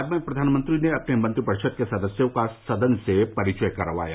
बाद में प्रधानमंत्री ने अपने मंत्रिपरिषद के सदस्यों का सदन से परिचय करवाया